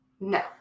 No